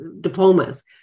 diplomas